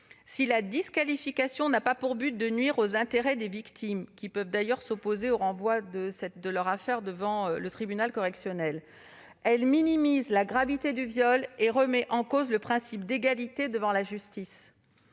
Si la disqualification n'a pas pour but de nuire aux intérêts des victimes, qui peuvent d'ailleurs s'opposer au renvoi de l'affaire devant le tribunal correctionnel, elle minimise la gravité du viol et remet en cause le principe d'égalité devant la justice.